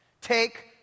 Take